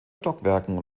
stockwerken